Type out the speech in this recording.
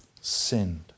sinned